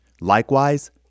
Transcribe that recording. Likewise